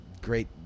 great